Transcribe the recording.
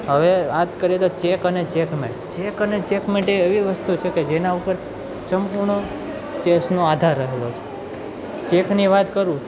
હવે વાત કરીએ તો ચેક અને ચેકમેટ ચેક અને ચેકમેટ એ એવી વસ્તુ છે કે જેના ઉપર સંપૂર્ણ ચેસનો આધાર રહેલો છે ચેકની વાત કરું